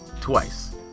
twice